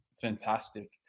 fantastic